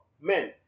men